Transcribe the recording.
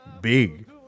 big